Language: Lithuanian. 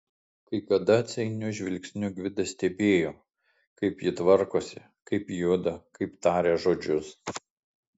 kai kada atsainiu žvilgsniu gvidas stebėjo kaip ji tvarkosi kaip juda kaip taria žodžius